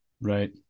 Right